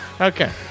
Okay